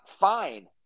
Fine